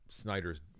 Snyder's